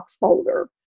folder